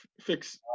Fix